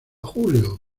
julio